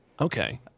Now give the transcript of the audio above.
Okay